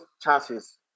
chances